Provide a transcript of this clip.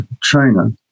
china